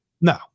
No